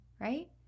right